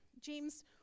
James